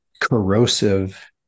corrosive